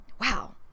wow